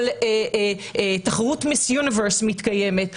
אבל תחרות מיס יוניברס מתקיימת,